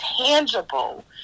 tangible